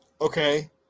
Okay